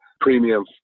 premium